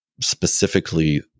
specifically